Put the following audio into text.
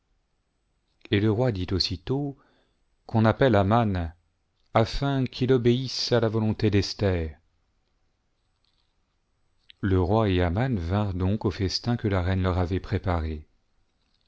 et le roi dit aussitôt qu'on appelle aman afin qu'il obéisse à la volonté d'esther le roi et aman vinrent donc au festin que la reine leur avait préparé